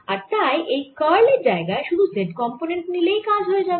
আর তাই এই কার্ল এর জায়গায় শুধু z কম্পোনেন্ট নিলেই কাজ হয়ে যাবে